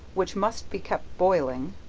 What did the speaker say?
which must be kept boiling,